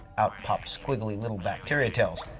out popped squiggly little bacteria tails.